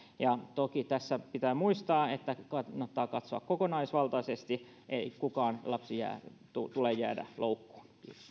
toki tässä pitää muistaa että kannattaa katsoa kokonaisvaltaisesti ettei kukaan lapsi jäisi loukkuun